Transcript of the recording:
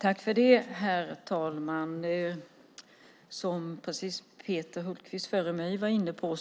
Herr talman! Precis som Peter Hultqvist före mig var inne på